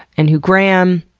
and who gram.